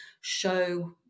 show